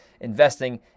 investing